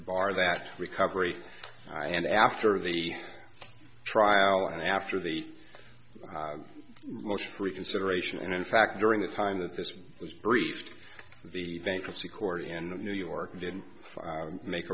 to bar that recovery and after the trial and after the most reconsideration and in fact during the time that this was briefed the bankruptcy court in new york did make